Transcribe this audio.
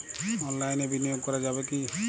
অনলাইনে বিনিয়োগ করা যাবে কি?